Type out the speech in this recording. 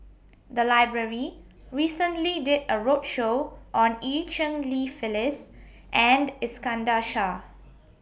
The Library recently did A roadshow on EU Cheng Li Phyllis and Iskandar Shah